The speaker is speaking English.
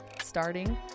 starting